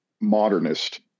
modernist